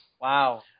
Wow